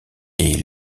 est